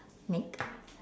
make